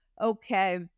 Okay